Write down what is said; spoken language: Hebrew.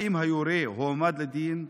2. האם היורה הועמד לדין?